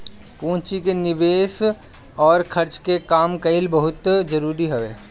पूंजी के निवेस अउर खर्च के काम कईल बहुते जरुरी हवे